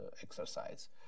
exercise